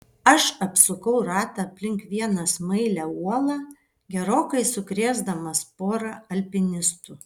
aš apsukau ratą aplink vieną smailią uolą gerokai sukrėsdamas porą alpinistų